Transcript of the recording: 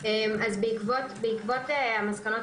רוצים ללכת בעקבות המלצות